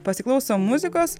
pasiklausom muzikos